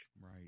Right